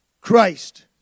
Christ